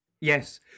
Yes